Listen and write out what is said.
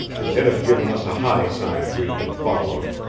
and they'd have given us a high sign if we had been followed.